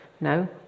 no